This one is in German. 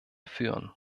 führen